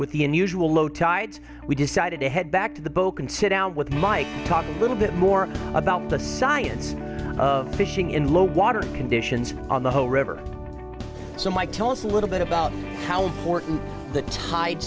with the unusual low tides we decided to head back to the boat can sit down with mike talk a little bit more about the science of fishing in low water conditions on the whole river so mike tell us a little bit about how important the